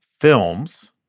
films